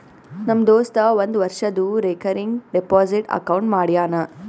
ನಮ್ ದೋಸ್ತ ಒಂದ್ ವರ್ಷದು ರೇಕರಿಂಗ್ ಡೆಪೋಸಿಟ್ ಅಕೌಂಟ್ ಮಾಡ್ಯಾನ